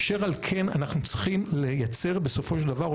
אשר על כן אנחנו צריכים לייצר בסופו של דבר או